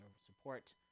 support